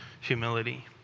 humility